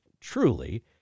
truly